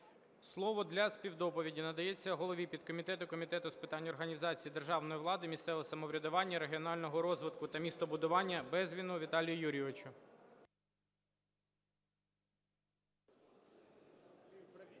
Слово для співдоповіді надається голові підкомітету Комітету з питань організації державної влади, місцевого самоврядування, регіонального розвитку та містобудування Безгіну Віталію Юрійовичу.